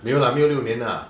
没有 lah 没有六年 lah